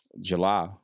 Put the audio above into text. July